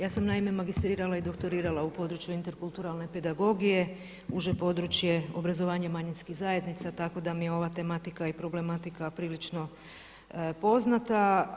Ja sam naime magistrirala i doktorirala u području interkulturalne pedagogije, uže područje obrazovanje manjinskih zajednica tako da mi je ova tematika i problematika prilično poznata.